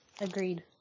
agreed